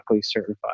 certified